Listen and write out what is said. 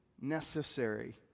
necessary